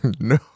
No